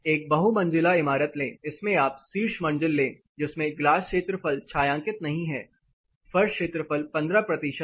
एक बहु मंजिला इमारत लें इसमें आप शीर्ष मंजिल लें जिसमें ग्लास क्षेत्रफल छायांकित नहीं है फर्श क्षेत्रफल 15 है